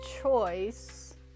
choice